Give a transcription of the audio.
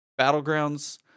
battlegrounds